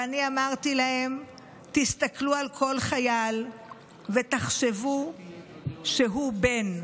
ואני אמרתי להם: תסתכלו על כל חייל ותחשבו שהוא בן,